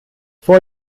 vor